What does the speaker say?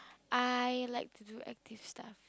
I like to do active stuff